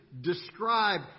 Describe